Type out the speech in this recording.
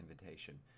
invitation